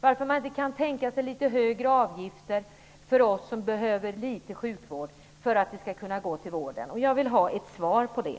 Varför kan man inte tänka sig litet högre avgifter för oss som behöver litet sjukvård? Dessa pengar skulle kunna gå till vården. Jag vill ha ett svar på det.